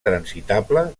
transitable